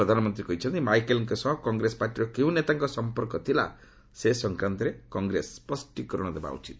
ପ୍ରଧାନମନ୍ତ୍ରୀ କହିଛନ୍ତି ମାଇକେଲ୍ଙ୍କ ସହ କଂଗ୍ରେସ ପାର୍ଟିର କେଉଁ ନେତାଙ୍କ ସଂପର୍କ ଥିଲା ସେ ସଂକ୍ରାନ୍ତରେ କଂଗ୍ରେସ ସ୍ୱଷ୍ଟୀକରଣ ଦେବା ଉଚିତ